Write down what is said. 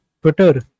Twitter